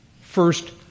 First